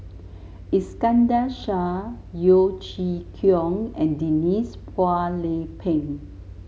Iskandar Shah Yeo Chee Kiong and Denise Phua Lay Peng